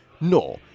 No